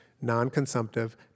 non-consumptive